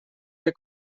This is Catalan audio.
que